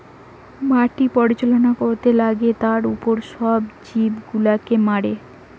মাটি পরিচালনা করতে গ্যালে তার উপর সব জীব গুলাকে মারে